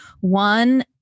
one